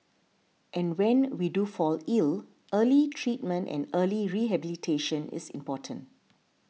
and when we do fall ill early treatment and early rehabilitation is important